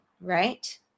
right